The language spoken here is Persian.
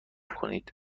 کنید